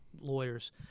lawyers